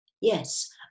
Yes